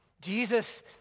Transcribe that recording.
Jesus